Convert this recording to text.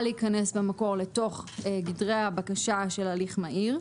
להיכנס במקור לתוך גדרי הבקשה של הליך מהיר,